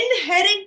inherent